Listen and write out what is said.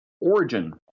origin